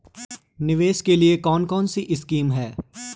निवेश के लिए कौन कौनसी स्कीम हैं?